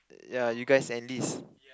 ya you guys enlist